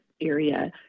area